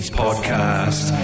podcast